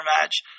match